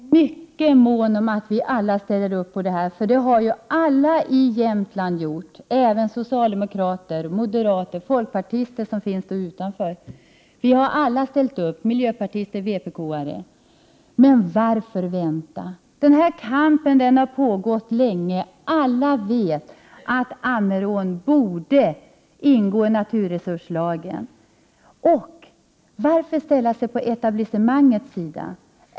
Fru talman! Jag är mycket mån om att vi alla ställer upp, för det har alla i Jämtland gjort — även socialdemokrater, moderater, folkpartister, miljöpartister och vpk-are. Men varför vänta? Den här kampen har pågått länge. Alla vet att Ammerån borde ingå i naturresurslagen. Varför ställa sig på etablissemangets sida?